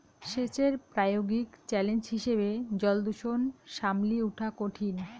সেচের প্রায়োগিক চ্যালেঞ্জ হিসেবে জলদূষণ সামলি উঠা কঠিন